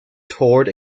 toured